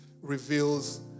reveals